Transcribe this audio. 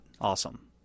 awesome